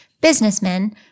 businessmen